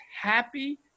happy